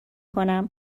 کنم